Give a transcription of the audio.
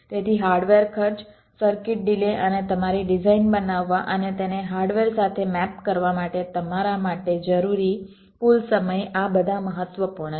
તેથી હાર્ડવેર ખર્ચ circuit delay અને તમારી ડિઝાઇન બનાવવા અને તેને હાર્ડવેર સાથે મેપ કરવા માટે તમારા માટે જરૂરી કુલ સમય આ બધા મહત્વપૂર્ણ છે